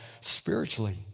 spiritually